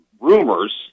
rumors